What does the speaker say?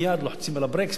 מייד לוחצים על הברקס,